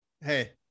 hey